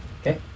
Okay